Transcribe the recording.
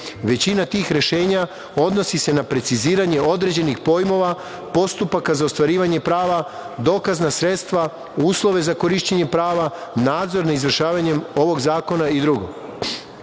Većina tih rešenja odnosi se na preciziranje određenih pojmova, postupaka za ostvarivanje prava, dokazna sredstva, uslove za korišćenje prava, nadzor nad izvršavanjem ovog zakona i drugo. Ovim